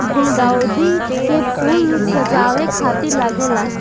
गुलदाउदी के फूल सजावे खातिर लागेला